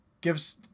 gives